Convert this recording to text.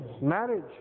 marriage